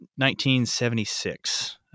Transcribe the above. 1976